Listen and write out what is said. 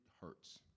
hurts